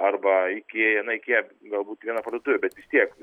arba ikea na ikea galbūt tik viena parduotuvė bet vis tiek